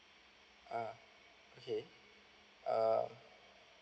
uh okay uh